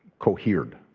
cohered,